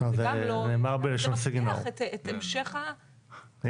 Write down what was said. מבטיח את המשך הליך ---.